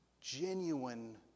genuine